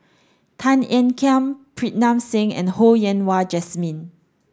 Tan Ean Kiam Pritam Singh and Ho Yen Wah Jesmine